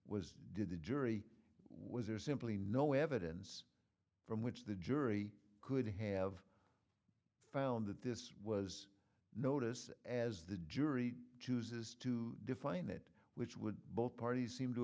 was did the jury was there simply no evidence from which the jury could have found that this was notice as the jury chooses to define it which would both parties seem to